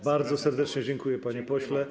Bardzo serdecznie dziękuję, panie pośle.